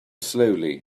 slowly